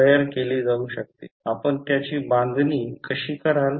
आपण त्याची बांधणी कशी कराल